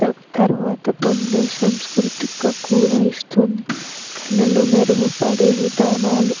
త తర్వాత పొందే సంస్కృతిక కూడా ఇస్తుంది కళలు మెరుగుపడే విధానాలు